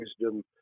wisdom